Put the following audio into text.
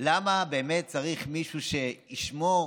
למה באמת צריך מישהו שישמור